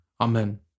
Amen